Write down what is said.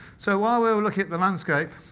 so while we were looking at the landscape